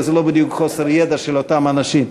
וזה לא בדיוק חוסר ידע של אותם אנשים.